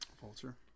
Vulture